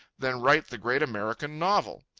than write the great american novel.